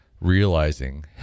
realizing